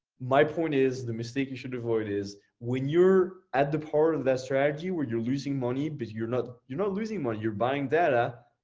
my point is, the mistake you should avoid is when you're at the part of that strategy where you're losing money, but you're not you know losing money. you're buying data.